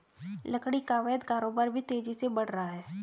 लकड़ी का अवैध कारोबार भी तेजी से बढ़ रहा है